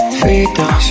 freedom